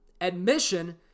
admission